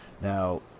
Now